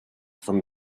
from